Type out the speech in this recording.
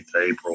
april